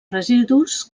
residus